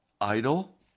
idle